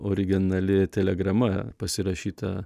originali telegrama pasirašyta